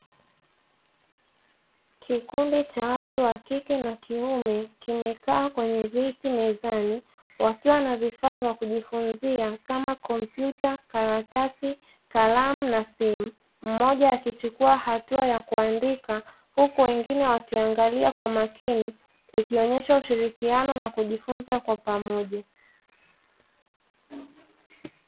Kikundi cha watu wakike na kiume kimekaa kwenye viti mezani wakiwa na vifaa vya kujifunzia kama kompyuta, karatasi, kalamu na simu, mmoja akichukua hatua ya kuandika huku wengine wakiangalia wa makini, ikionyesha ushirikiano na kujifunza kwa pamoja.